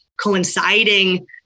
coinciding